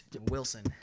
Wilson